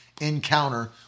encounter